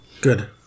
Good